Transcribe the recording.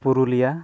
Purulia